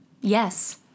Yes